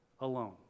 alone